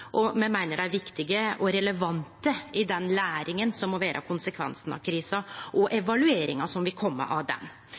og me meiner dei er viktige og relevante i den læringa som må vere konsekvensen av krisa, og